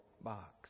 box